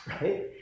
right